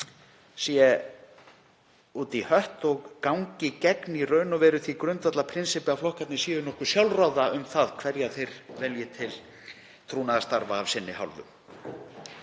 slíkt og gangi gegn því grundvallarprinsippi að flokkarnir séu nokkuð sjálfráða um það hverja þeir velji til trúnaðarstarfa af sinni hálfu.